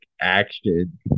action